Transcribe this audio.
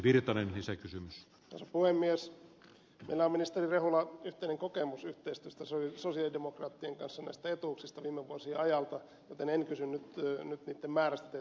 meillä on se kysymys voi myös tulla ministeri rehula yhteinen kokemus yhteistyöstä sosialidemokraattien kanssa näistä etuuksista viime vuosien ajalta joten en kysy nyt niitten määrästä teiltä mitään